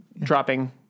dropping